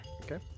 Okay